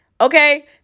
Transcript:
Okay